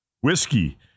Whiskey